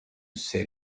said